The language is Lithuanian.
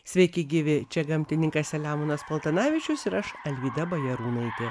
sveiki gyvi čia gamtininkas selemonas paltanavičius ir aš alvyda bajarūnaitė